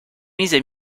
mises